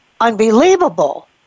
unbelievable